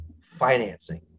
financing